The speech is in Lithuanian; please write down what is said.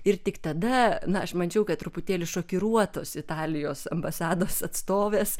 ir tik tada na aš mačiau kad truputėlį šokiruotos italijos ambasados atstovės